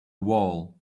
wall